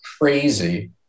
crazy